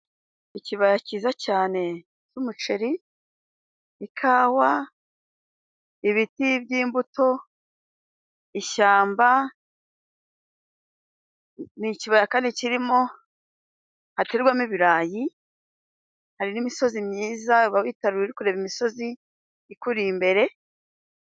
Ikibaya cyiza cyane cy'umuceri, ikawa, ibiti by'imbuto, ishyamba. Ni ikibaya kandi kirimo, haterwamo ibirayi, hari n'imisozi myiza, uba witaruye uri kureba imisozi ikuri imbere.